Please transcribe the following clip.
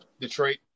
detroit